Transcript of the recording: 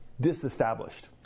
disestablished